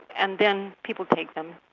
and then people take them,